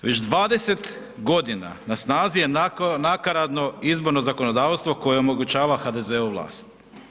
Već 20.g. na snazi je nakaradno izborno zakonodavstvo koje omogućava HDZ-u vlast.